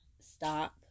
stop